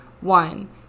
One